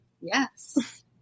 Yes